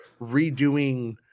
redoing